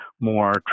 more